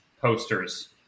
posters